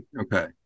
Okay